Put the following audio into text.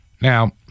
Now